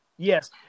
Yes